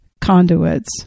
conduits